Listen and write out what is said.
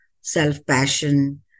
self-passion